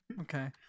okay